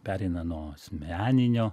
pereina nuo asmeninio